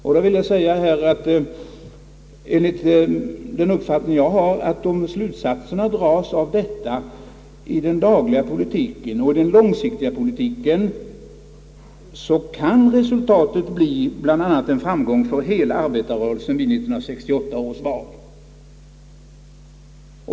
Jag vill här säga att om slutsatserna dras av detta i den dagliga politiken och den långsiktiga politiken, kan resultatet enligt min uppfattning bli en framgång för hela arbetarrörelsen vid 1968 års val.